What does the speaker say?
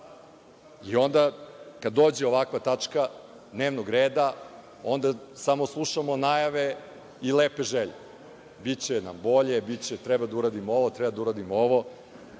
Kad dođe ovakva tačka dnevnog reda, onda samo slušamo najave i lepe želje – biće nam bolje, treba da uradimo ovo, treba da uradimo ovo. Meni